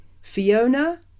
fiona